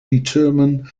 determine